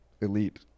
elite